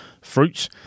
fruits